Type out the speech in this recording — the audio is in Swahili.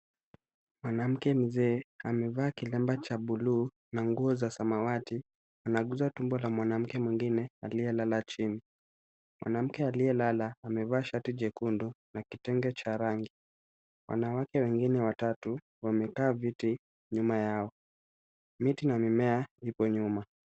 Mwanamke mzee amevaa kilemba cha buluu na nguo za samawati anaguza tumbo la mwanamke mwingine aliyelala chini. Mwanamke aliyelala amevaa shati jekundu na kitenge cha rangi. Wanawake wengine watatu wamekaa viti nyuma yao. Miti na mimea ipo nyuma.